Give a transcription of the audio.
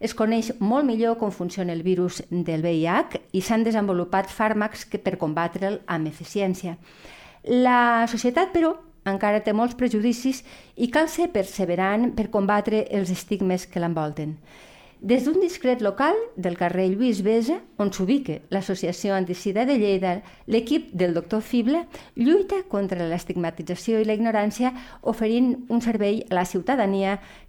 Es coneix molt millor com funciona el virus del VIH i s'han desenvolupat fàrmacs que per combatre'l amb eficiència. La societat, però, encara té molts prejudicis i cal ser perseverant per combatre els estigmes que l'envolten. Des d'un discret local del carrer Lluís Besa, on s'ubica l'Associació Antisida de Lleida, l'equip del Dr. Fible lluita contra l'estigmatització i la ignorància, oferint un servei a la ciutadania